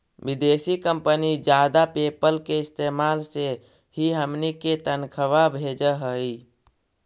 विदेशी कंपनी जादा पयेपल के इस्तेमाल से ही हमनी के तनख्वा भेजऽ हइ